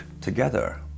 together